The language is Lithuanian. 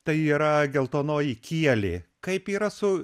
tai yra geltonoji kielė kaip yra su